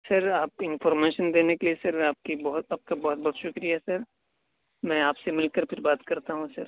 سر آپ کی انفارمیشن دینے کے لیے سر آپ کا بہت آپ کا بہت بہت شکریہ سر میں آپ سے مل کر پھر بات کرتا ہوں سر